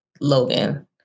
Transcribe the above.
Logan